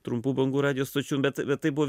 trumpų bangų radijo stočių bet bet tai buvo